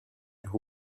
who